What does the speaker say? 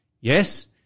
Yes